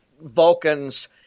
Vulcans